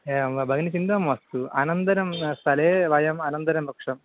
एवं वा भगिनी चिन्तां मास्तु अनन्तरं स्थले वयम् अनन्तरं वृक्षम्